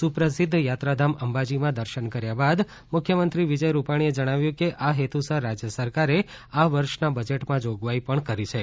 સુપ્રસિદ્ધ યાત્રાધામ અંબાજીમાં દર્શન કર્યા બાદ મુખ્યમંત્રી વિજય રૂપાણીએ જણાવ્યુ કે આ હેતુસર રાજ્ય સરકારે આ વર્ષના બજેટમાં જોગવાઈ પણ કરી છે